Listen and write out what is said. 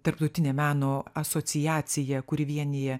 tarptautinė meno asociacija kuri vienija